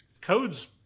Codes